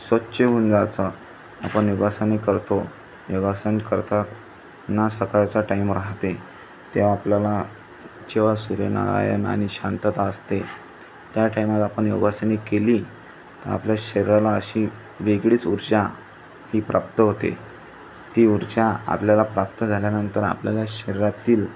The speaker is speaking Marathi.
स्वच्छ होऊन जायचं आपण योगासने करतो योगासन करताना सकाळचा टाईम राहते तेव्हा आपल्याला जेव्हा सूर्यनारायण आनी शांतता असते त्या टाईमात आपण योगासने केली तर आपल्या शरीराला अशी वेगळीच ऊर्जा ही प्राप्त होते ती ऊर्जा आपल्याला प्राप्त झाल्यानंतर आपल्याला शरीरातील